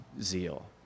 zeal